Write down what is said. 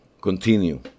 continue